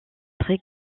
très